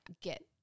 get